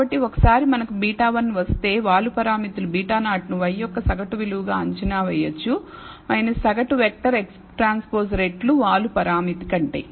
కాబట్టి ఒకసారి మనకు β1 వస్తే వాలు పారామితులు β0 ను y యొక్క సగటు విలువగా అంచనా వేయవచ్చు సగటు వెక్టర్ XT రెట్లు వాలు పరామితి కంటే